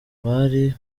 bari